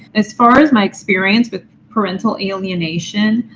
as far as my experience with parental alienation,